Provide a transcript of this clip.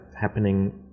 happening